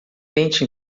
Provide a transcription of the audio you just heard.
tente